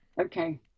Okay